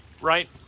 right